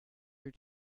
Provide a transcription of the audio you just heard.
your